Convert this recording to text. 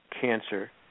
cancer